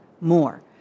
more